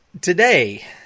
today